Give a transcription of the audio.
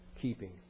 keeping